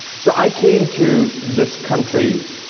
so i came to this country